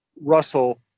Russell